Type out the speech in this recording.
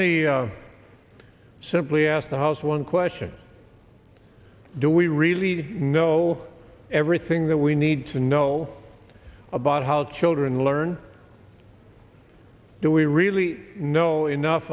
me simply ask the one question do we really know everything that we need to know about how children learn do we really know enough